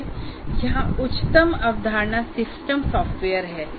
यहां उच्चतम अवधारणा सिस्टम सॉफ्टवेयर है